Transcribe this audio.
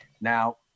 Now